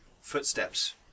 footsteps